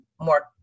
more